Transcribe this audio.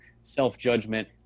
self-judgment